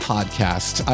Podcast